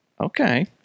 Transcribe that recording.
okay